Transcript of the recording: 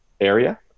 area